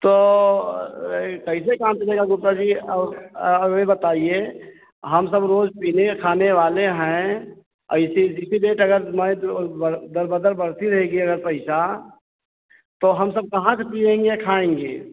तो कैसे काम चलेगा गुप्ता जी औ औ यह बताइए हम सब रोज़ पीने खाने वाले हैं और इसी इसी रेट अगर मैं जो दर बदर बढ़ता रहेगा अगर पैसा तो हम सब कहाँ से पिएंगे खाएंगे